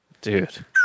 Dude